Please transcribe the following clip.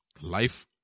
Life